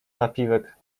napiwek